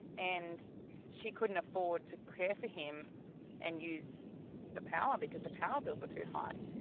and she couldn't afford to care for him and use the power, because the power bills were too high.